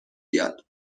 بیاد